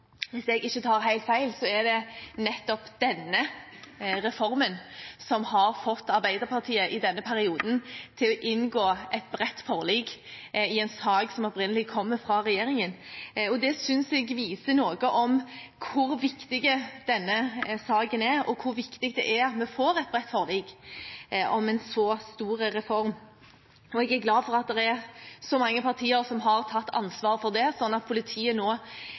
hvis jeg ikke tar helt feil, er det nettopp denne reformen som har fått Arbeiderpartiet i denne perioden til å inngå et bredt forlik i en sak som opprinnelig kom fra regjeringen. Det synes jeg viser noe om hvor viktig denne saken er, og hvor viktig det er at vi får et bredt forlik om en så stor reform. Jeg er glad for at det er så mange partier som har tatt ansvar for det, slik at politiet nå